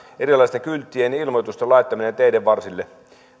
erilaisten kylttien ja ilmoitusten laittamisesta teiden varsille